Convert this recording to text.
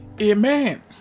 Amen